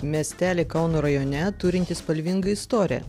miestelį kauno rajone turintį spalvingą istoriją